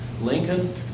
Lincoln